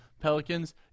Pelicans